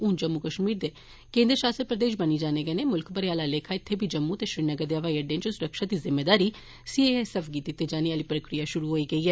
हुन जम्मू कश्मीर दे केन्द्र शासित प्रदेश बनी जाने कन्नै मुल्ख भरा आहला लेखा इत्थे बी जम्मू ते श्रीनगर दे हवाई अड्डें च सुरक्षा दी जिम्मेदारी सी आई एस एफ गी दिते जाने आली प्रक्रिया शुरु होई गेई ऐ